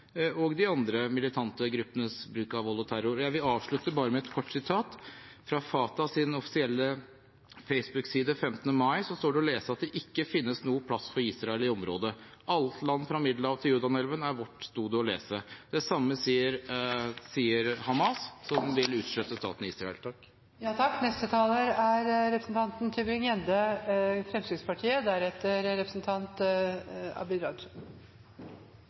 de andre militante gruppenes bruk av vold og terror. Jeg vil bare avslutte med et kort sitat fra Fatahs offisielle Facebook-side 15. mai. Der står det å lese at det ikke finnes noen plass for Israel i området. Alt land fra Middelhavet til Jordanelven er vårt, sto det å lese. Det samme sier Hamas, som vil utslette staten Israel.